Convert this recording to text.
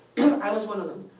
i was one of them,